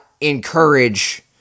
encourage